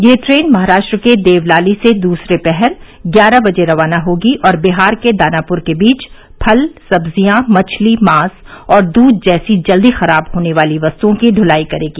यह ट्रेन महाराष्ट्र के देवलाली से दूसरे पहर ग्यारह बजे रवाना होगी और बिहार के दानापुर के बीच फल सब्जियां मछली मांस और दूध जैसी जल्दी खराब होने वाली वस्त्ओं की ढलाई करेगी